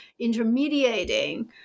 intermediating